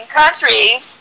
countries